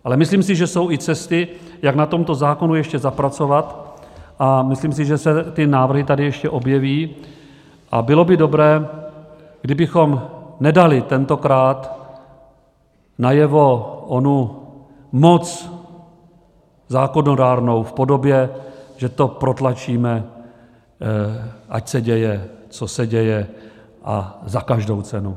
Ale myslím si, že jsou i cesty, jak na tomto zákonu ještě zapracovat, a myslím si, že se ty návrhy tady ještě objeví, a bylo by dobré, kdybychom nedali tentokrát najevo onu moc zákonodárnou v podobě, že to protlačíme, ať se děje, co se děje a za každou cenu.